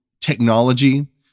technology